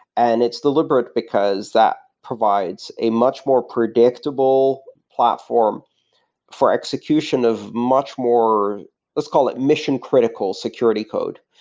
and it's deliberate because that provides a much more predictable platform for execution of much more let's call it mission-critical security code.